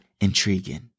intriguing